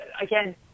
again